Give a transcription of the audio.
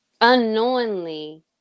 unknowingly